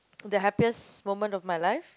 the happiest moment of my life